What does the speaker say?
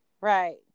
right